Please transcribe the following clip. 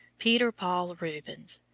peter paul rubens,